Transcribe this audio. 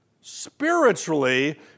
spiritually